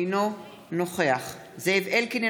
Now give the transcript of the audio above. אינו נוכח זאב אלקין,